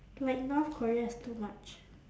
like north korea is too much